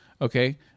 okay